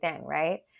right